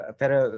pero